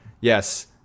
yes